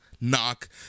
knock